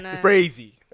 crazy